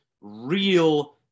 real